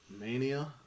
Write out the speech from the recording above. Mania